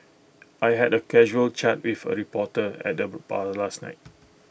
I had A casual chat with A reporter at the bar last night